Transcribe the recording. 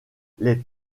les